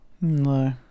no